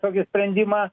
tokį sprendimą